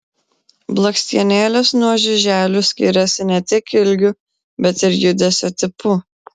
blakstienėlės nuo žiuželių skiriasi ne tik ilgiu bet ir judesio tipu